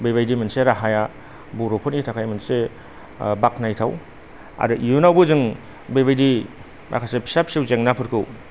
बेबायदि मोनसे राहाया बर'फोरनि थाखाय मोनसे बाख्नायथाव आरो इयुनावबो जों बेबायदि माखासे फिसा फिसौ जेंनाफोरखौ